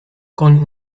koń